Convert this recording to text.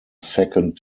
second